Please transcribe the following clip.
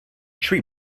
tree